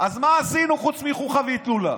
אז מה עשינו, חוץ מחוכא ואטלולא?